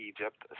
Egypt